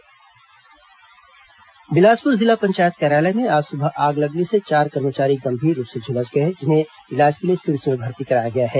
बिलासपुर आग बिलासपुर जिला पंचायत कार्यालय में आज सुबह आग लगने से चार कर्मचारी गंभीर रूप से झुलस गए हैं जिन्हें इलाज के लिए सिम्स में भर्ती कराया गया है